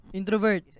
Introvert